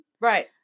right